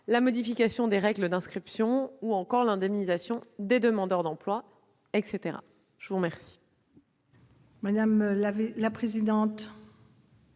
la modification des règles d'inscription, ou encore l'indemnisation des demandeurs d'emploi. La parole